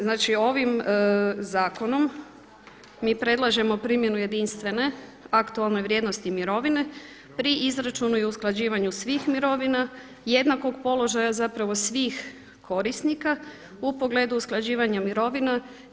Znači ovim zakonom mi predlažemo primjenu jedinstvene aktualne vrijednosti mirovine pri izračunu i usklađivanju svih mirovina jednakog položaja zapravo svih korisnika u pogledu usklađivanja mirovina.